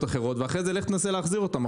אחרות ואחר כך לך תנסה להחזיר אותם.